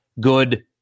good